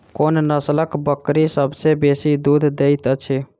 कोन नसलक बकरी सबसँ बेसी दूध देइत अछि?